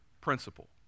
principle